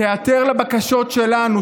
שתיעתר לבקשות שלנו,